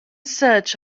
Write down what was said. search